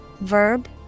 verb